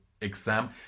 exam